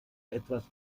etwas